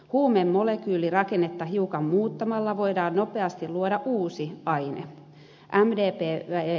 huumeen molekyylirakennetta hiukan muuttamalla voidaan nopeasti luoda uusi aine